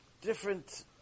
different